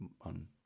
on